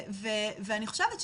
ואני חושבת,